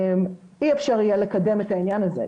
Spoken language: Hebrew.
אי אפשר יהיה לקדם את העניין הזה,